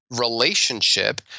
relationship